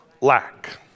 lack